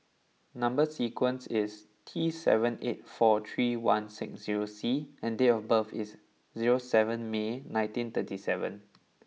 number sequence is T seven eight four three one six zero C and date of birth is zero seven May nineteen thirty seven